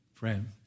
Friend